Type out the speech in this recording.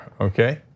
okay